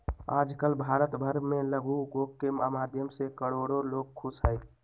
आजकल भारत भर में लघु उद्योग के माध्यम से करोडो लोग खुश हई